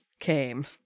came